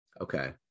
Okay